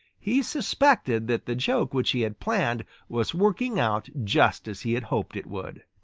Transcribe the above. he suspected that the joke which he had planned was working out just as he had hoped it would.